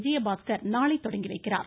விஜயபாஸ்கர் நாளை தொடங்கிவைக்கிறார்